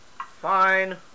Fine